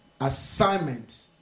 assignment